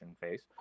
phase